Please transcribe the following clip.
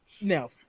No